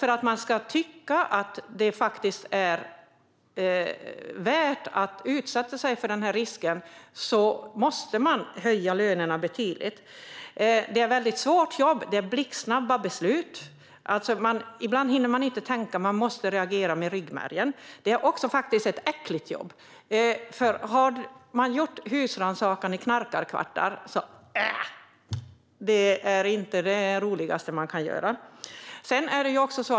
För att man ska tycka att det är värt att utsätta sig för denna risk måste lönerna höjas betydligt. Det är ett svårt jobb, med blixtsnabba beslut. Ibland hinner man inte tänka, utan man måste reagera med ryggmärgen. Det är också ett äckligt jobb. Om man har gjort husrannsakan i knarkarkvartar vet man hur det är. Det är inte det roligaste man kan göra.